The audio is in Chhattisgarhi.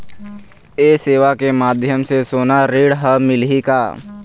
ये सेवा के माध्यम से सोना ऋण हर मिलही का?